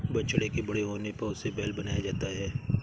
बछड़े के बड़े होने पर उसे बैल बनाया जाता है